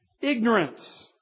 ignorance